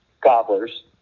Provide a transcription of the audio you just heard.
gobblers